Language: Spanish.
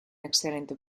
excelente